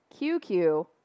QQ